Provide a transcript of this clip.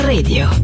Radio